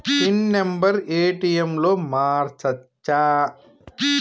Pin number ATM లో మార్చచ్చా?